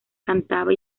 cantaba